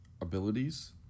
abilities